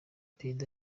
perezida